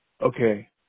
okay